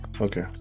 Okay